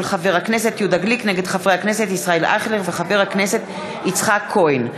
חבר הכנסת יהודה גליק נגד חברי הכנסת ישראל אייכלר וחבר הכנסת יצחק כהן.